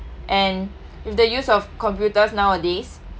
and if the use of computers nowadays